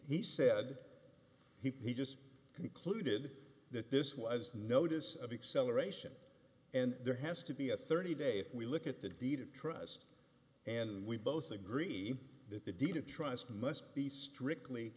he said he just concluded that this was notice of acceleration and there has to be a thirty day if we look at the deed of trust and we both agree that the deed of trust must be strictly